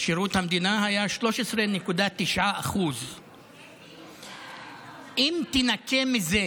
שירות המדינה היה 13.9%. אם תנכה מזה